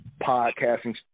podcasting